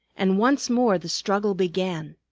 and once more the struggle began.